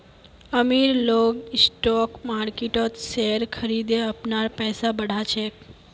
अमीर लोग स्टॉक मार्किटत शेयर खरिदे अपनार पैसा बढ़ा छेक